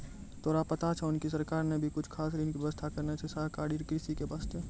तोरा पता छौं कि सरकार नॅ भी कुछ खास ऋण के व्यवस्था करनॅ छै सहकारी कृषि के वास्तॅ